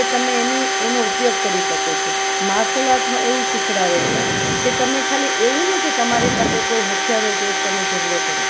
એ તમે એની એનો ઉપયોગ કરી શકો છો માર્શલ આર્ટમાં એવું શીખવાડે છે કે તમે ખાલી એવું નહીં કે તમારી પાસે કોઈ હથિયાર હોય તો જ તમે ઝગડો કરો